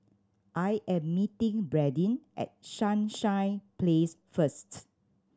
I am meeting Bradyn at Sunshine Place first